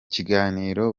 kiganiro